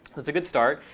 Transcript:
that's a good start.